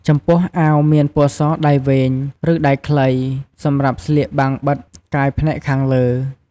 ចំពោះអាវមានពណ៌សដៃវែង ឬដៃខ្លី សម្រាប់ស្លៀកបាំងបិទកាយផ្នែកខាងលើ។